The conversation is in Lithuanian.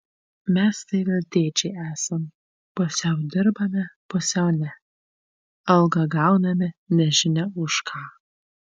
mes tai veltėdžiai esam pusiau dirbame pusiau ne algą gauname nežinia už ką